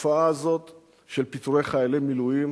התופעה הזאת של פיטורי חיילי מילואים